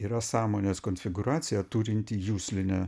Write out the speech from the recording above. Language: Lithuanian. yra sąmonės konfigūracija turinti juslinę